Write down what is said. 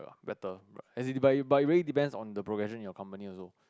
better as it by very depends on the progression of your companies also